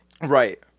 Right